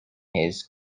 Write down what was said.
his